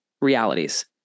realities